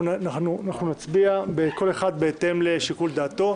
הדיון נצביע כל אחד לפי שיקול דעתו.